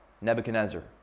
Nebuchadnezzar